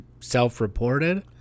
self-reported